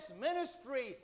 ministry